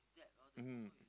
mmhmm